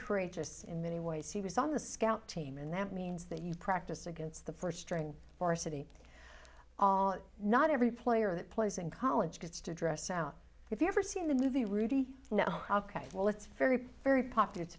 courageous in many ways he was on the scout team and that means that you practice against the first string for a city not every player that plays in college gets to dress out if you ever seen the movie rudy you know well it's very very popular it's